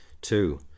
Two